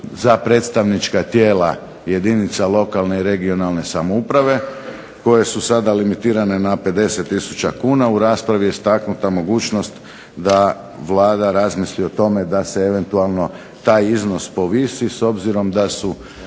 za predstavnička tijela jedinica lokalne i regionalne samouprave, koje su sada limitirane na 50 tisuća kuna, u raspravi je istaknuta mogućnost da Vlada razmisli o tome da se eventualno taj iznos povisi, s obzirom da su